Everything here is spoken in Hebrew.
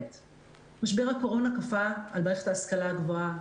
משבר הקורונה כפה על מערכת ההשכלה הגבוהה,